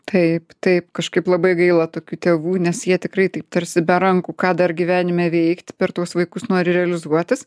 taip taip kažkaip labai gaila tokių tėvų nes jie tikrai taip tarsi be rankų ką dar gyvenime veikti per tuos vaikus nori realizuotis